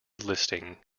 listing